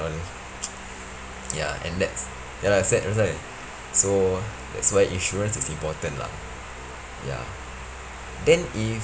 all ya and that's ya lah sad right so that's why insurance is important lah ya then if